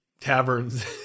taverns